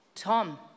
Tom